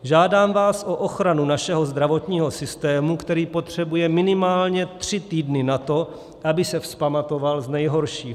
Žádám vás o ochranu našeho zdravotního systému, který potřebuje minimálně tři týdny na to, aby se vzpamatoval z nejhoršího.